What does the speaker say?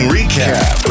Recap